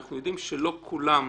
אנחנו יודעים שלא כולם,